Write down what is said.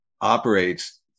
operates